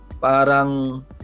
Parang